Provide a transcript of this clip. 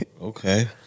Okay